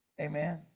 Amen